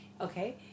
Okay